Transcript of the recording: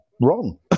wrong